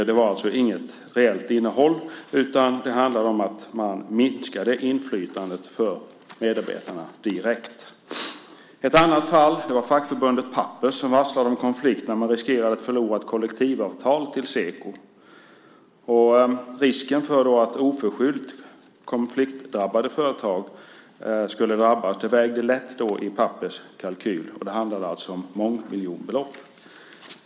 Det hade alltså inget reellt innehåll, utan det handlade om att man minskade inflytandet för medarbetarna direkt. Ett annat fall var när fackförbundet Pappers varslade om konflikt när man riskerade att förlora ett kollektivavtal till Seko. Risken för att oförskyllt konfliktdrabbade företag skulle drabbas vägde lätt i Pappers kalkyl. Det handlade om mångmiljonbelopp.